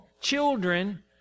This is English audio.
children